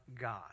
god